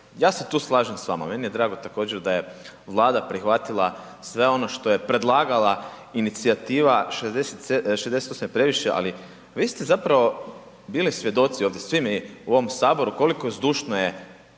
ja se tu slažem s vama, meni je drago također da je Vlada prihvatila sve ono što je predlagala inicijativa „67 je previše“ ali vi ste zapravo bili svjedoci ovdje, svi mi u ovom Saboru koliko zdušno je